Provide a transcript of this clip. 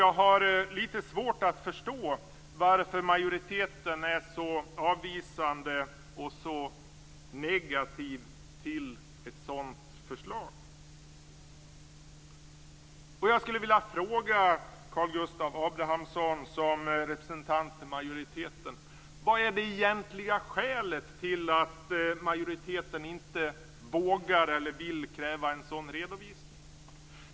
Jag har lite svårt att förstå varför majoriteten är så avvisande och negativ till ett sådant förslag. Jag skulle vilja fråga Karl Vad är det egentliga skälet till att majoriteten inte vågar eller vill kräva en sådan redovisning?